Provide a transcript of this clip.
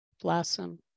blossom